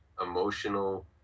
emotional